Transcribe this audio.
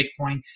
bitcoin